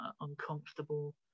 uncomfortable